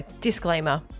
Disclaimer